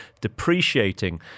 depreciating